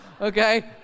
Okay